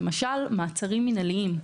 למשל מעצרים מינהליים.